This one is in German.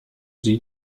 sie